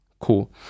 cool